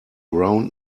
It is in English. round